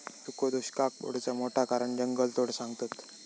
सुखो दुष्काक पडुचा मोठा कारण जंगलतोड सांगतत